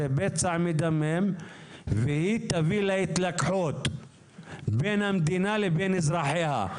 זה פצע מדמם והוא יביא להתקלחות בין המדינה לבין אזרחיה.